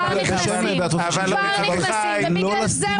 לא לסדינים